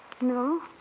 No